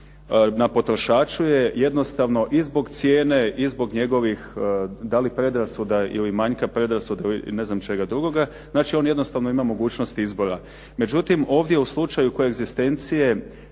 na potrošaču je jednostavno i zbog cijene i zbog njegovih da li predrasuda ili manjka predrasuda ili ne znam čega drugoga. Znači, on jednostavno ima mogućnost izbora. Međutim, ovdje u slučaju koegzistencije